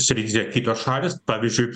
srityse kitos šalys pavyzdžiui